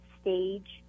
stage